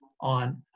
on